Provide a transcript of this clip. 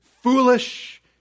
foolish